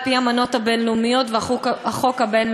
על-פי האמנות הבין-לאומיות והחוק הבין-לאומי,